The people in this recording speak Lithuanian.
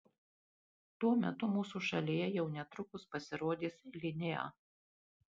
tuo metu mūsų šalyje jau netrukus pasirodys linea